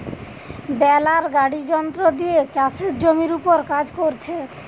বেলার গাড়ি যন্ত্র দিয়ে চাষের জমির উপর কাজ কোরছে